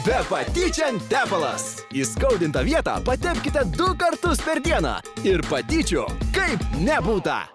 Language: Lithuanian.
be patyčių tepalas įskaudintą vietą patepkite du kartus per dieną ir patyčių kaip nebūta